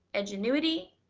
edgenuity,